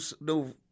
no